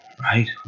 right